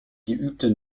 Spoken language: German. geübte